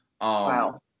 Wow